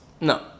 No